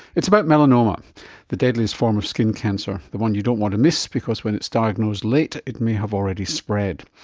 it's about melanoma, the deadliest form of skin cancer, the one you don't want to miss because when it's diagnosed late it may have already spread.